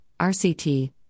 RCT